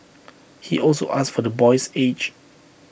he also asked for the boy's age